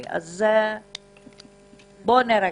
אז בואו נירגע.